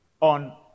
on